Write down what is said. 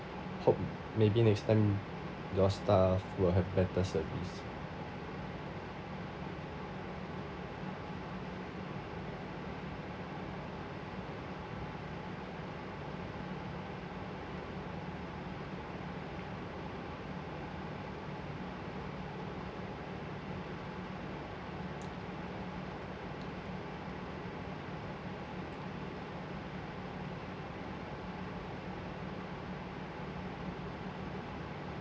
hope maybe next time your staff will have better service